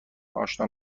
آشنا